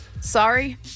Sorry